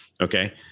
Okay